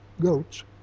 goats